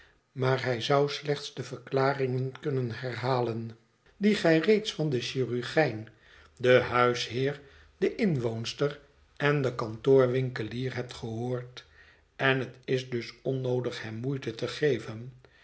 maar hij zou slechts de verklaringen kunnen herhalen die gij reeds van den chirurgijn den huisheer de inwoonster en den kantoorwinkelier hebt gehoord en het is dus onnoodig hem moeite te geven